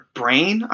brain